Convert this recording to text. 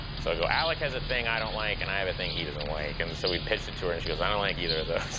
so i'd go, alec has a thing i don't like, and i have a thing he doesn't like. and so we pitched it to her, and she goes, i don't like either of those.